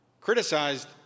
criticized